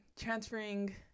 transferring